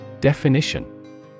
Definition